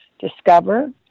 discover